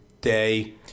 day